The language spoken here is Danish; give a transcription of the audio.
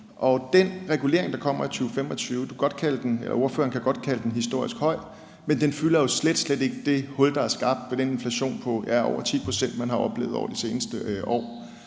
Den regulering, der kommer i 2025 – ordføreren kan godt kalde den historisk høj – fylder jo slet, slet ikke det hul, der er skabt med den inflation på over 10 pct., man har oplevet over de seneste år.